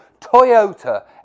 Toyota